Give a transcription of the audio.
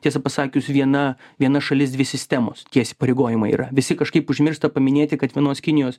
tiesą pasakius viena viena šalis dvi sistemos tie įspareigojimai yra visi kažkaip užmiršta paminėti kad vienos kinijos